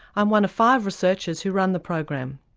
i'm one of five researchers who run the program.